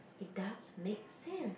it does make sense